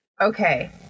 Okay